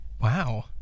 Wow